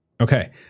Okay